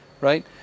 Right